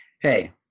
hey